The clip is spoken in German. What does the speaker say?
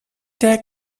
der